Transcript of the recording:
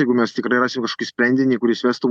jeigu mes tikrai rasim kažkokį sprendinį kuris vestų